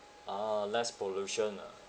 ah less pollution lah